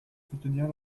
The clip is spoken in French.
soutenir